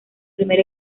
primer